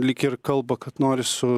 lyg ir kalba kad nori su